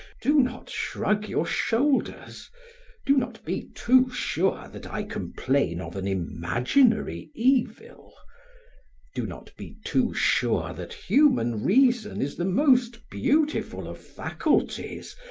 do not shrug your shoulders do not be too sure that i complain of an imaginary evil do not be too sure that human reason is the most beautiful of faculties,